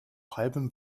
halbem